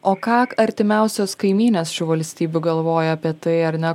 o ką artimiausios kaimynės šių valstybių galvoja apie tai ar ne